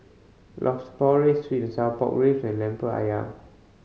Lobster Porridge sweet and sour pork ribs and Lemper Ayam